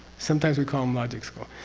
sometimes we call them logic school.